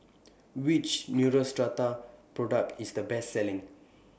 Which Neostrata Product IS The Best Selling